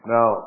Now